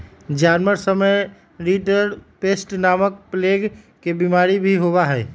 जानवर सब में रिंडरपेस्ट नामक प्लेग के बिमारी भी होबा हई